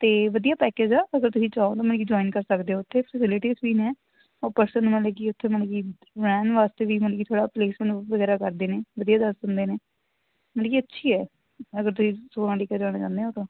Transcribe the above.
ਅਤੇ ਵਧੀਆ ਪੈਕਜ ਆ ਅਗਰ ਤੁਸੀਂ ਚਾਹੋ ਤਾਂ ਮਲ ਕਿ ਜੁਆਇਨ ਕਰ ਸਕਦੇ ਹੋ ਉੱਥੇ ਫੈਸਿਲਿਟੀਜ ਵੀ ਨੇ ਉਹ ਪਰਸਨ ਉਹਨਾਂ ਲਈ ਕੀ ਉੱਥੇ ਮਲ ਕਿ ਰਹਿਣ ਵਾਸਤੇ ਵੀ ਮਲ ਕਿ ਥੋੜ੍ਹਾ ਪਲੇਸਮੈਂਟ ਵਗੈਰਾ ਕਰਦੇ ਨੇ ਵਧੀਆ ਦੱਸ ਦਿੰਦੇ ਨੇ ਮਲ ਕਿ ਅੱਛੀ ਹੈ ਅਗਰ ਤੁਸੀਂ ਸੋਨਾਲੀਕਾ ਜਾਣਾ ਚਾਹੁੰਦੇ ਹੋ ਤਾਂ